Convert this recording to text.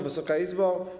Wysoka Izbo!